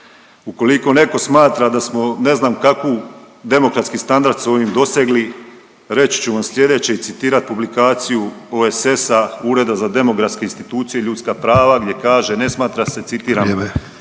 Ukoliko netko smatra da smo ne znam kakvu demokratski standard s ovim dosegli reći ću vam slijedeće i citirat publikaciju OESS-a Ureda za demografske institucije i ljudska prava gdje kaže, ne smatra se citiram